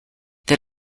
that